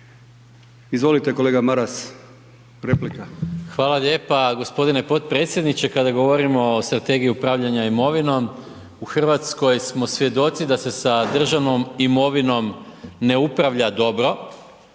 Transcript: Izvolite kolega Maras, replika. **Maras, Gordan (SDP)** Hvala lijepa gospodine potpredsjedniče. Kada govorimo o Strategiji upravljanja imovinom u Hrvatskoj smo svjedoci da se sa državnom imovinom ne upravlja dobro